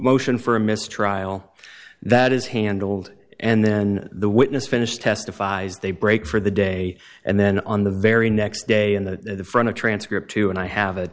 motion for a mistrial that is handled and then the witness finish testifies they break for the day and then on the very next day in the front of transcript two and i have a